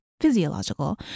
physiological